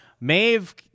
Maeve